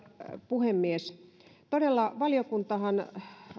puhemies todella valiokuntahan